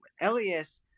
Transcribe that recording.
Elias